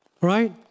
right